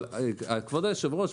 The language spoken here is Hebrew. אבל כבוד היושב-ראש,